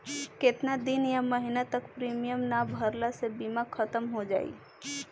केतना दिन या महीना तक प्रीमियम ना भरला से बीमा ख़तम हो जायी?